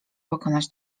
pokonać